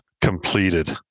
completed